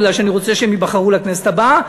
בגלל שאני רוצה שהם ייבחרו לכנסת הבאה,